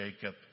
Jacob